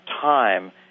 time